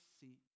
see